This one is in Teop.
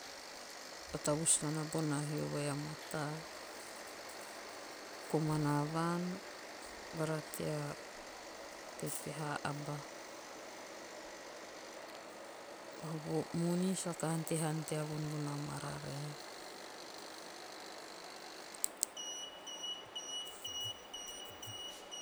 Vatavus nana bona hio vai a mataa komana vaan. bara tea pepeha aba. O moni saka ante haana tea von bona mararae.